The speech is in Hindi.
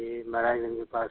यह महराज गंज के पास है